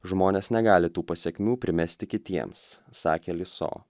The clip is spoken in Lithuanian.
žmonės negali tų pasekmių primesti kitiems sakė liso